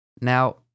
Now